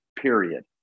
period